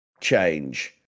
change